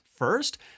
First